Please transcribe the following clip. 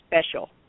special